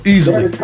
Easily